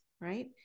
right